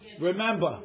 Remember